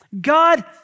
God